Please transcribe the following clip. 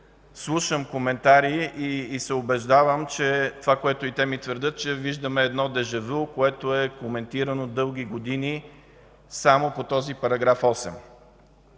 слушам коментари и се убеждавам в това, което и те ми твърдят, че виждаме едно дежавю, което е коментирано дълги години само по този § 8.